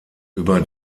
über